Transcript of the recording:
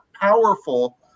powerful